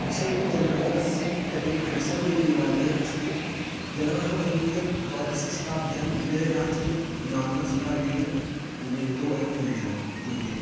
बिसल्पुरजलबन्धकस्य तटे बिसलदेवदेवालयः अस्ति जनाः वदन्ति यत् द्वादशशताब्द्यां विग्रहराजचतुर् नाम्ना सम्राटेन निर्मतोऽयं मन्दिरः मन्दिरं